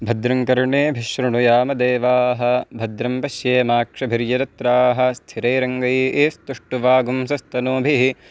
भद्रं कर्णेभिश्शृणुयाम देवाः भद्रं पश्येमाक्षभिर्यजत्राः स्थिरैरङ्गैः इ स्तुष्टुवागुंसस्तनूभिः